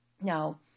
now